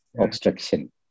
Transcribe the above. obstruction